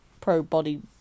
pro-body